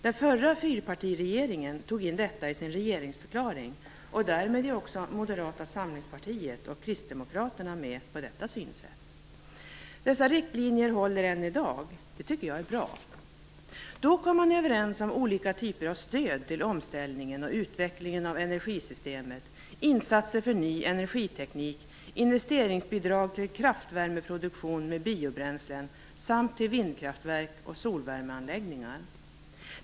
Den förra fyrpartiregeringen tog in detta i sin regeringsförklaring, och därmed är också Moderata samlingspartiet och Kristdemokraterna med på detta synsätt. Dessa riktlinjer håller även i dag. Det tycker jag är bra. I energiöverenskommelsen kom man överens om olika typer av stöd till omställningen och utvecklingen av energisystemet. Det gällde insatser för ny energiteknik och investeringsbidrag till kraftvärmeproduktion med biobränslen samt till vindkraftverk och solvärmeanläggningar.